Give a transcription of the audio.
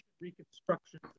Reconstruction